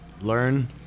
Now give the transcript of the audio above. learn